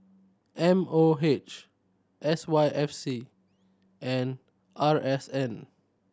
M O H S Y F C and R S N